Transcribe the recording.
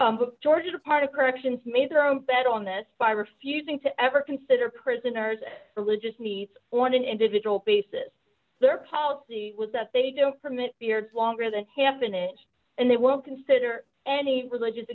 ga part of corrections made their own bed on this fire refusing to ever consider prisoners and religious needs on an individual basis their policy was that they don't permit beards longer than half an inch and they won't consider any religious